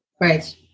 right